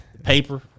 Paper